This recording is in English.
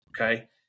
Okay